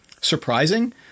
surprising